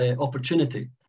opportunity